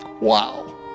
Wow